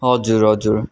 हजुर हजुर